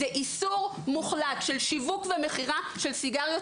זה איסור מוחלט של שיווק ומכירה של סיגריות